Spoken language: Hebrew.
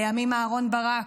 לימים אהרן ברק,